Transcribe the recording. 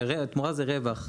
תמורה זה רווח,